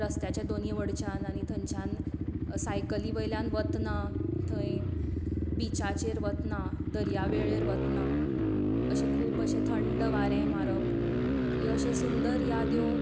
रस्त्याच्या दोनूय वटच्यान आनी थंयच्यान सायकली वयल्यान वतना थंय बिचाचेर वतना दर्यावेळेर वतना अशें खूब अशें थंड वारें मारप ह्यो अश्यो सुंदर यादी